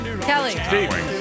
Kelly